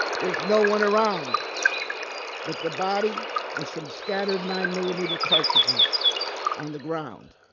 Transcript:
there's no one around but the body and some scattered nine millimeter cartridges on the ground.